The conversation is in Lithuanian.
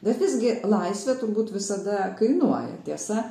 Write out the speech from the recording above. bet visgi laisvė turbūt visada kainuoja tiesa